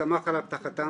שסמך על הבטחתם,